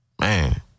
Man